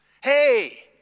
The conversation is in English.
Hey